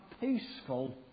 peaceful